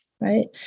Right